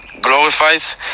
glorifies